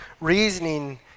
reasoning